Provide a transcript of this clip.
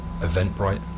Eventbrite